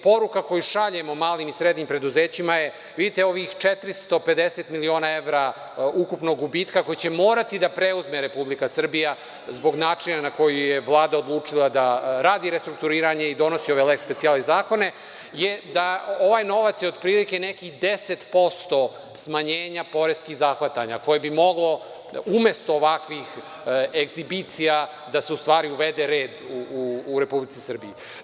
Poruka koju šaljemo malim i srednjim preduzećima je vidite ovih 450 miliona evra ukupnog gubitka koji će morati da preuzme Republika Srbija, zbog načina na koji je Vlada odlučila da radi restrukturiranje i donosi ovaj „leks specijalis“, je da ovaj novac je otprilike nekih 10% smanjenja poreskih zahvatanja, koja bi moglo umesto ovakvih egzibicija da se u stvari uvede red u Republici Srbiji.